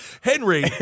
Henry